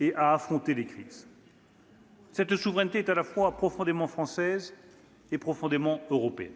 et à affronter les crises. « Cette souveraineté est à la fois profondément française et profondément européenne.